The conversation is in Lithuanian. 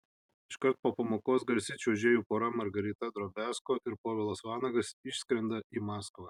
iškart po pamokos garsi čiuožėjų pora margarita drobiazko ir povilas vanagas išskrenda į maskvą